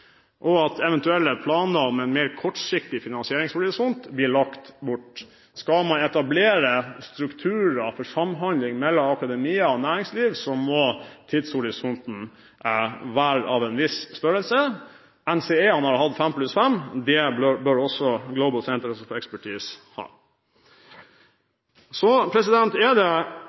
og at eventuelle planer om en mer kortsiktig finansieringshorisont blir lagt bort. Skal man etablere strukturer for samhandling mellom akademia og næringsliv, må tidshorisonten være av en viss størrelse. NCE-ene har hatt fem pluss fem, det bør også Global Centres of Expertise ha. Noe som har opptatt komiteen i større eller mindre grad, er